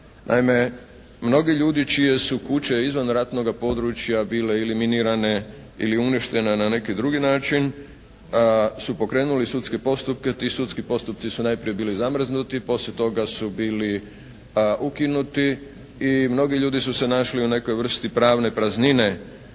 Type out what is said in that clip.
Naime, mnogi ljudi čije su kuće izvan ratnoga područja bile ili minirane ili uništene na neki drugi način su pokrenuli sudske postupke. Ti sudski postupci su najprije bili zamrznuti. Poslije toga su bili ukinuti i mnogi ljudi su se našli u nekoj vrsti pravne praznine,